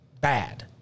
bad